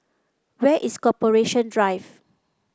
where is Corporation Drive